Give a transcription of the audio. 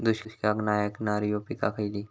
दुष्काळाक नाय ऐकणार्यो पीका खयली?